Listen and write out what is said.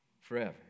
forever